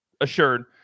assured